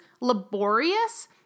laborious